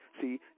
See